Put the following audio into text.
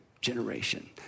generation